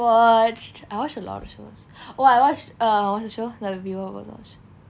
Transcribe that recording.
watched I watched a lot of shows oh I watched uh what's the show